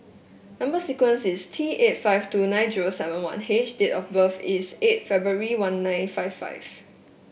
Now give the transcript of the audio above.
number sequence is T eight five two nine zero seven one H and date of birth is eight February one nine five five